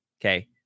okay